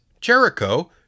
Jericho